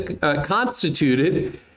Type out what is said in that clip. constituted